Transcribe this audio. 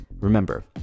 Remember